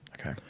Okay